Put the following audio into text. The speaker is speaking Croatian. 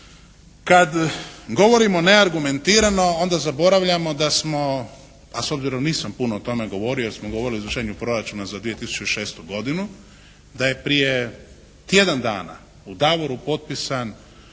kad govorimo neargumentirano onda zaboravljamo da smo, a s obzirom da nisam puno o tome govorio jer smo govorili o izvršenju proračuna za 2006. godinu, da je prije tjedan dana u …/Govornik